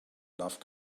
love